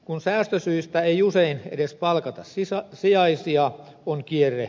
kun säästösyistä ei usein edes palkata sijaisia on kierre valmis